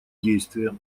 действия